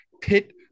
pit